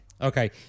Okay